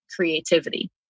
creativity